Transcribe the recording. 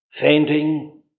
fainting